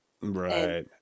right